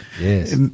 Yes